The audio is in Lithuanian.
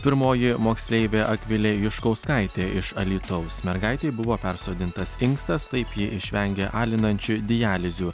pirmoji moksleivė akvilė juškauskaitė iš alytaus mergaitei buvo persodintas inkstas taip ji išvengia alinančių dializių